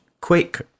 quick